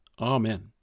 Amen